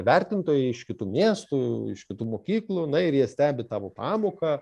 vertintojai iš kitų miestų iš kitų mokyklų na ir jie stebi tavo pamoką